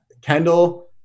Kendall